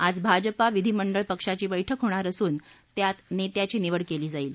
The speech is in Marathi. आज भाजपा विधीमंडळ पक्षाची बैठक होणार असून त्यात नेत्याची निवड केली जाईल